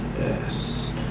Yes